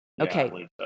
Okay